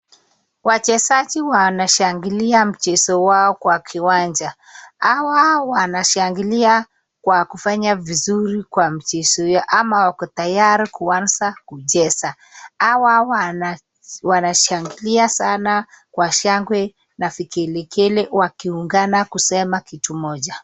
Wachezaji wanashangilia mchezo wao kwa kiwanja. Hawa wanashangilia kwa kufanya vizuri kwa mchezo yao. Ama wako tayari kuanza kucheza . Hawa wanashangilia sana kwa shangwe na vigelegele wakiungana kusema kitu moja .